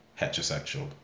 heterosexual